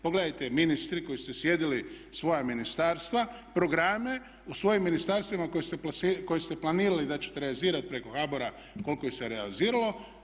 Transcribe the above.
Pogledajte ministri koji ste sjedili svoja ministarstva, programe u svojim ministarstvima koje ste planirali da ćete realizirati preko HBOR-a koliko ih se realiziralo?